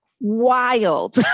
wild